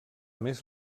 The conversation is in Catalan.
més